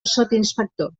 sotsinspector